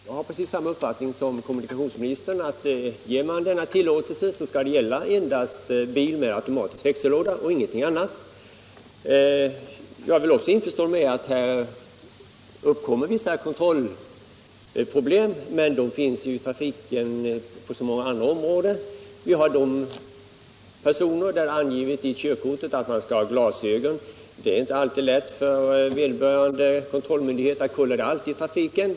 Fru talman! Jag har exakt samma uppfattning som kommunikationsministern, att om man ger en sådan här tillåtelse så skall den gälla endast bil med automatisk växellåda, ingenting annat. Likaså är jag införstådd med att det här uppkommer vissa kontrollproblem, men sådana finns ju i praktiken också i många andra fall. Många människor har t.ex. i sitt körkort angivet att de skall bära glasögon, men det är inte så lätt för vederbörande myndighet att kontrollera den saken i trafiken.